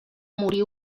morir